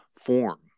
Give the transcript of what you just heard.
form